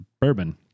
bourbon